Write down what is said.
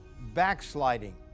backsliding